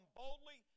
boldly